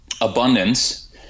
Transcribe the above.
abundance